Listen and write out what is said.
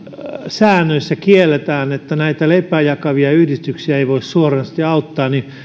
säännöissä kielletään että näitä leipää jakavia yhdistyksiä ei voi suoranaisesti auttaa niin